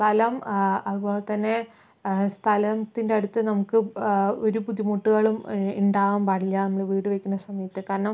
സ്ഥലം അതുപോലെ തന്നെ സ്ഥലത്തിന്റെയടുത്ത് നമുക്ക് ഒരു ബുദ്ധിമുട്ടുകളും ഉണ്ടാവാൻ പാടില്ല നമ്മള് വീട് വയ്ക്കണ സമയത്ത് കാരണം